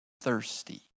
thirsty